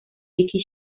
vicky